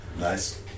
Nice